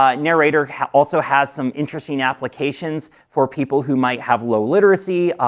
ah narrator also has some interesting applications for people who might have low literacy,